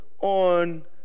on